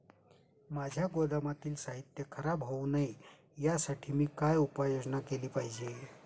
माझ्या गोदामातील साहित्य खराब होऊ नये यासाठी मी काय उपाय योजना केली पाहिजे?